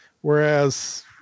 whereas